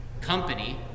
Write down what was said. company